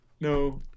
No